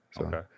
Okay